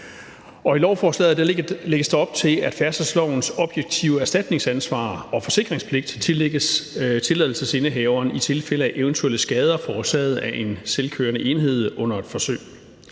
I lovforslaget lægges der op til, at færdselslovens objektive erstatningsansvar og forsikringspligt tillægges tilladelsesindehaveren i tilfælde af eventuelle skader forårsaget af en selvkørende enhed under et forsøg.